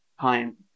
time